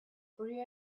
free